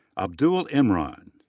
abdul imran.